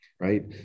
right